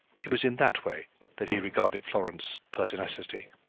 it was in that way that he regarded florence's pertinacity.